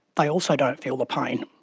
they also don't feel the pain.